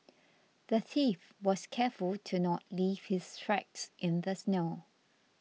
the thief was careful to not leave his tracks in the snow